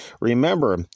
Remember